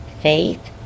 faith